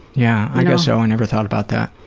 yeah i guess so, i never thought about that.